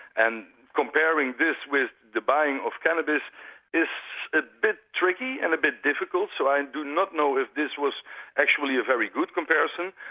and comparing this with the buying of cannabis is a bit tricky and a bit difficult so i do not know if this was actually a very good comparison,